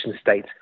state